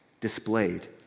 displayed